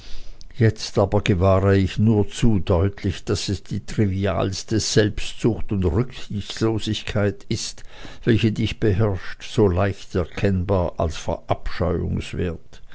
jetzt aber gewahre ich nur zu deutlich daß es die trivialste selbstsucht und rücksichtslosigkeit ist welche dich beherrscht so leicht erkennbar als